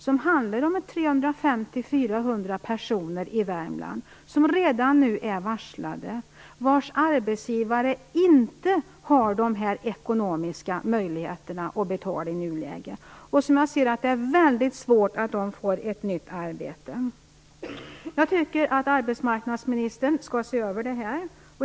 Det handlar om 350-400 personer i Värmland som redan nu är varslade och vilkas arbetsgivare i nuläget inte har de ekonomiska möjligheterna att betala. Det är mycket svårt att ordna ett nytt arbete för dem. Jag tycker att arbetsmarknadsministern skall se över detta.